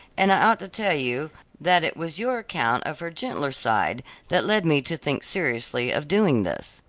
and i ought to tell you that it was your account of her gentler side that led me to think seriously of doing this.